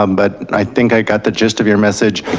um but and i think i got the gist of your message.